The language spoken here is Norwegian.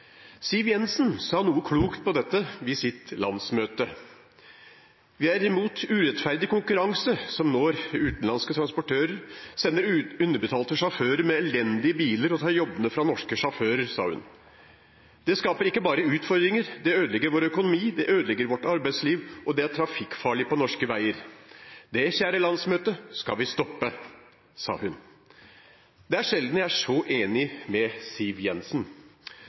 Siv Jensen sa noe klokt om dette på sitt landsmøte: Vi er imot urettferdig konkurranse, som når utenlandske transportører sender underbetalte sjåfører med elendige biler og tar jobbene fra norske sjåfører. Det skaper ikke bare utfordringer, det ødelegger vår økonomi, det ødelegger vårt arbeidsliv, og det er trafikkfarlig på norske veier. Det, kjære landsmøte, skal vi stoppe, sa hun. Det er sjelden jeg er så enig med Siv Jensen.